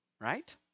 right